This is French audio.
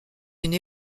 une